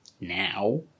now